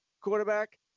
quarterback